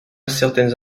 certaines